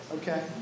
Okay